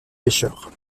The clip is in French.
pêcheurs